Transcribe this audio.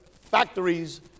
factories